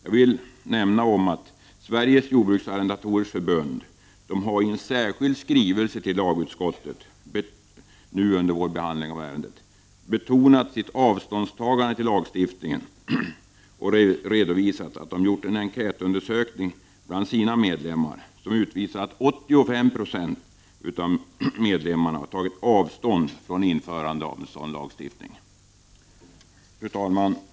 Jag vill nämna att Sveriges jordbruksarrendatorers förbund i en särskild skrivelse till lagutskottet har betonat sitt avståndstagande från lagstiftningen och redovisat att man har gjort en enkät bland sina medlemmar som utvisat att 85 90 av medlemmarna tagit avstånd från införande av en sådan lagstiftning. Fru talman!